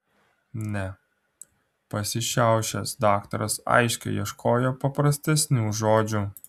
ne pasišiaušęs daktaras aiškiai ieškojo paprastesnių žodžių